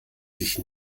sich